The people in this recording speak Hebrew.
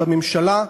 בממשלה,